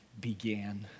began